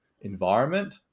environment